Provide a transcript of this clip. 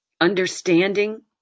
Understanding